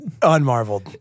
unmarveled